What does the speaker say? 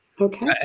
Okay